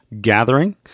gathering